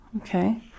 Okay